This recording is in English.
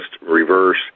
Reverse